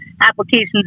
Applications